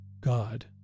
God